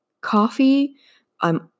coffee—I'm